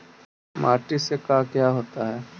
माटी से का क्या होता है?